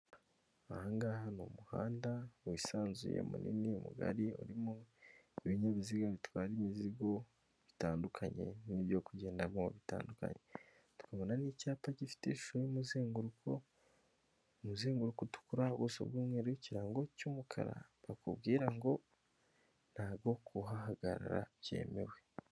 Aha ngaha ni umuhanda wisanzuye munini mugari, urimo ibinyabiziga bitwara imizigo bitandukanye, n'ibyo kugendamo bitandukanye. Tukabona n'icyapa gifite ishusho y'umuzenguruko, umuzenguruko utukura, ubuso bw'umweru, ikirango cy'umukara, bakubwira ngo ntago kuhahagarara byemewe.